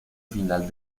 final